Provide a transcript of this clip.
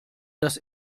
dass